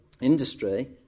industry